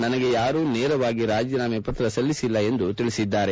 ನನಗೆ ಯಾರೂ ನೇರವಾಗಿ ರಾಜೀನಾಮೆ ಪತ್ರ ಸಲ್ಲಿಸಿಲ್ಲ ಎಂದು ಹೇಳಿದ್ದಾರೆ